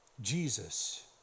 Jesus